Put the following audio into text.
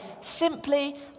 simply